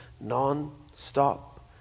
Non-stop